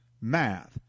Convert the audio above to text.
math